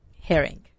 Herring